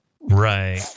Right